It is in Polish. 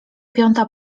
piąta